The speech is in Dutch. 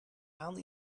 aan